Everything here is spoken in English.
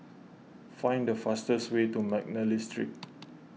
find the fastest way to McNally Street